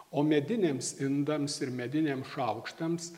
o mediniams indams ir mediniams šaukštams